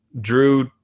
Drew